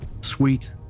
sweet